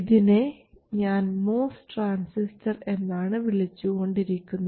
ഇതിനെ ഞാൻ MOS transistor എന്നാണ് വിളിച്ചു കൊണ്ടിരുന്നത്